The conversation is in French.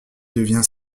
devient